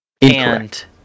Incorrect